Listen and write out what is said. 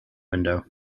window